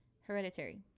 hereditary